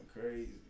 crazy